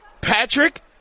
Patrick